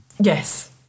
Yes